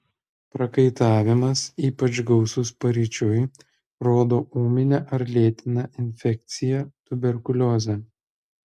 prakaitavimas ypač gausus paryčiui rodo ūminę ar lėtinę infekciją tuberkuliozę